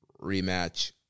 rematch